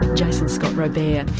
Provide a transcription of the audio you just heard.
jason scott robert.